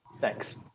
Thanks